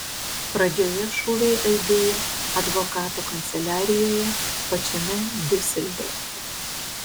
pradžioje šūviai aidėjo advokato kanceliarijoje pačiame diuseldorfe